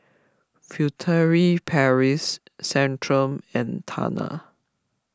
Furtere Paris Centrum and Tena